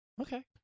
Okay